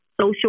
social